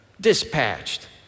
dispatched